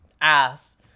ass